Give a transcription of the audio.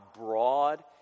broad